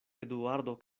eduardo